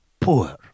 poor